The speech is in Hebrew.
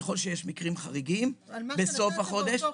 ככל שיש מקרים חריגים בסוף החודש --- על מה שנתת באותו חודש.